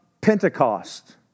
Pentecost